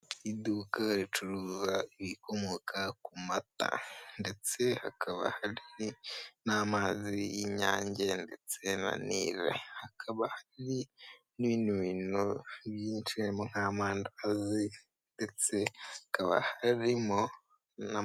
Iduka ricuruza ibikomoka ku mata ndetse hakaba hari n'amazi y'Inyange ndetse na Nile, hakaba hari n'ibindi bintu byinshi harimo nk'amandazi ndetse hakaba harimo na...